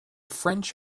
french